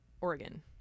Oregon